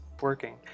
working